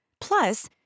Plus